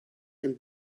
and